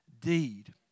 deed